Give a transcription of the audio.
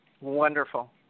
Wonderful